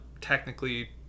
technically